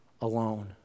alone